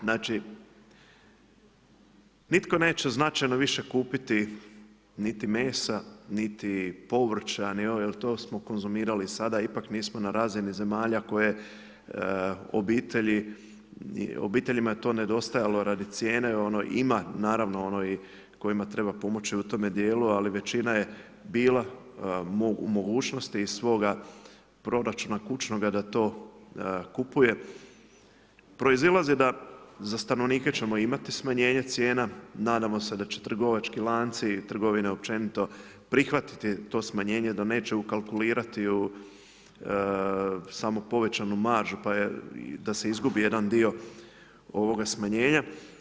Znači nitko neće značajno više kupiti niti mesa niti povrća jer to smo konzumirali sada, ipak nismo na razini zemalja, obiteljima je to nedostajalo radi cijene, ima naravno ono kojima treba pomoći u tome djelu ali većina je bila u mogućosti iz svoga proračuna kućnoga da to kupuje, proizlazi da za stanovnike ćemo imati smanjenje cijena, nadamo se da će trgovački lanci i trgovine općenito prihvatiti to smanjenje, da neće ukalkulirati u samu povećanu maržu da se izgubi jedan dio ovoga smanjenja.